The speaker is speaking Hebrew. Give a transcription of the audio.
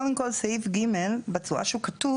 קודם כול, סעיף (ג) בצורה שהוא כתוב